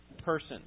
person